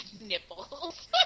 Nipples